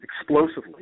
explosively